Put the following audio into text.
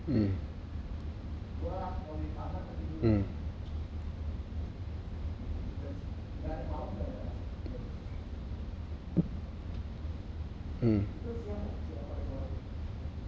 mm mm mm